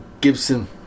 Gibson